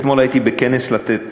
אתמול הייתי בכנס "לתת".